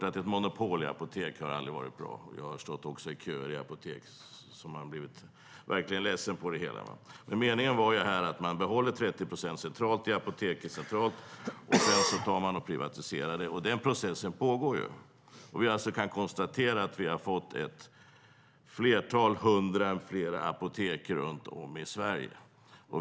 Det har aldrig varit bra med ett apoteksmonopol. Jag har stått i apoteksköer och verkligen blivit ledsen på det hela. Meningen var att man behåller 30 procent i Apoteket centralt, och sedan privatiserar man. Den processen pågår. Vi kan konstatera att vi har fått hundratals fler apotek runt om i Sverige.